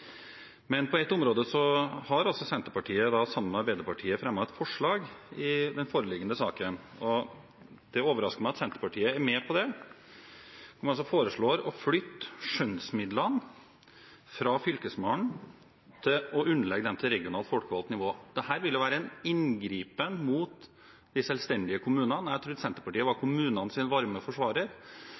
Men på et område har altså Senterpartiet sammen med Arbeiderpartiet fremmet et forslag i den foreliggende saken, og det overrasker meg at Senterpartiet er med på det. De foreslår altså å flytte fordelingen av skjønnsmidlene til kommunene fra Fylkesmannen til å være en oppgave underlagt regionalt folkevalgt nivå. Dette ville være en inngripen mot de selvstendige kommunene, og jeg trodde Senterpartiet var kommunenes varmeste forsvarer.